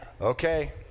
Okay